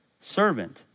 servant